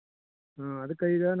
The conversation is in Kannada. ಹಾಂ ಯಾವ ಹೂ ಬೇಕು ನಿಮಗೆ